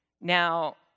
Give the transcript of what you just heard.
Now